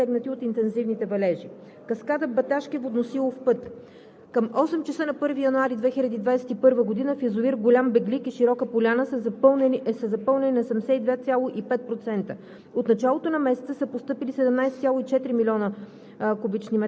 Сега ще Ви представя накратко информация за четирите големи каскади, засегнати от интензивните валежи. Каскада „Баташки водносилов път“. Към 8,00 ч. на 1 януари 2021 г. язовир „Голям Беглик“ и „Широка поляна“ са запълнени на 72,5%.